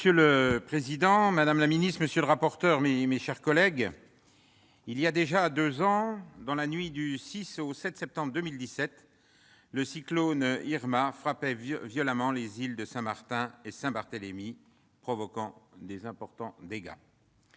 Monsieur le président, madame la ministre, mes chers collègues, il y a déjà deux ans, dans la nuit du 6 au 7 septembre 2017, l'ouragan Irma frappait violemment les îles de Saint-Martin et de Saint-Barthélemy, provoquant d'importants dégâts.